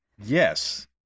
Yes